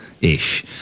ish